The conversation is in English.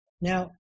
Now